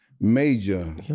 Major